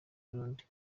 burundi